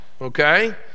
okay